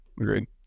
agreed